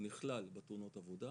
הוא נכלל בתאונות עבודה,